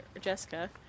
Jessica